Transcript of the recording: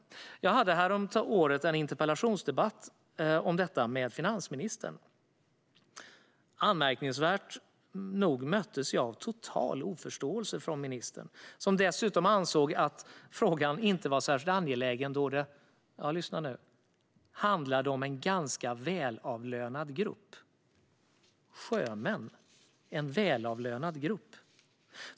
Jag hade häromåret en interpellationsdebatt om detta med finansministern. Anmärkningsvärt nog möttes jag av total oförståelse från ministern, som dessutom ansåg att frågan inte var särskilt angelägen då det - lyssna nu - handlade om en ganska välavlönad grupp. Sjömän - en välavlönad grupp!